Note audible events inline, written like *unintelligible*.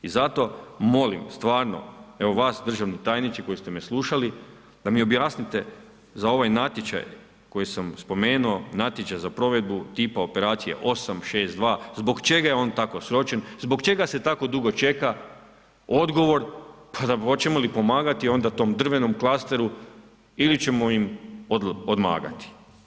I zato molim, stvarno evo vas državni tajniče koji ste me slušali, da mi objasnite za ovaj natječaj koji sam spomenuo natječaj za provedbu ... *unintelligible* 862., zbog čega je on tako sročen, zbog čega se tako dugo čeka odgovor, pa da hoćemo li pomagati onda tom drvenom klasteru ili ćemo im odmagati.